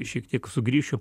šiek tiek sugrįšiu